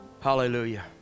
hallelujah